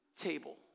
table